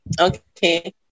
Okay